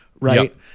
right